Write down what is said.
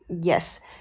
Yes